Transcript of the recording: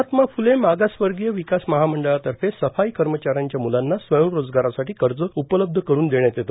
महात्मा फुले मागासवर्गीय विकास महामंडळातर्फे सफाई कर्मचाऱ्यांच्या म्लांना स्वयंरोजगारासाठी कर्ज उपलब्ध करून देण्यात येते